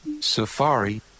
Safari